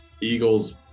Eagles